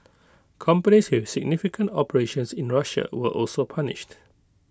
companies with significant operations in Russia were also punished